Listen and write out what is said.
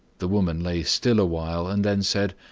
the woman lay still awhile, and then said,